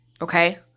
okay